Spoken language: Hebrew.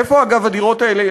איפה, אגב, הדירות האלה?